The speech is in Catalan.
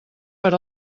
per